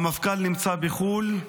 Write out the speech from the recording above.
המפכ"ל נמצא בחו"ל,